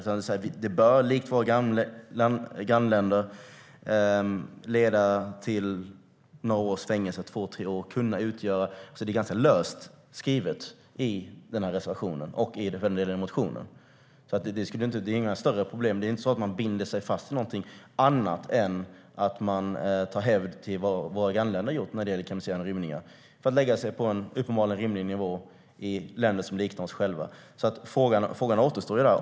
Vi skriver att det bör, liksom i våra grannländer, leda till några års fängelse - två tre år - och så vidare. Det är ganska löst skrivet i reservationen och motionen. Man binder sig inte fast vid något annat än att man tar hänsyn till vad våra grannländer gjort när det gäller kriminalisering av rymningar. Det handlar om att lägga sig på vad som är en rimlig nivå i länder som liknar oss själva. Frågan kvarstår.